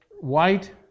white